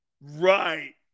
Right